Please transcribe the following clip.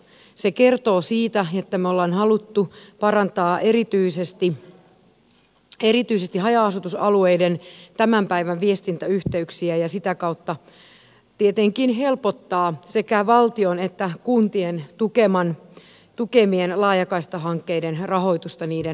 se kertoo siitä että me olemme halunneet parantaa erityisesti haja asutusalueiden tämän päivän viestintäyhteyksiä ja sitä kautta tietenkin helpottaa sekä valtion että kuntien tukemien laajakaistahankkeiden rahoitusta niiden rakennusaikana